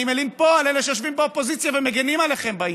אני מלין פה על אלה שיושבים באופוזיציה ומגינים עליכם.